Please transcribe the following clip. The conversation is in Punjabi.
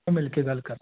ਮਿਲ ਕੇ ਗੱਲ ਕਰਾਂਗੇ